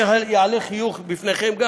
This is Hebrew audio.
אני אעלה חיוך גם בפניכם: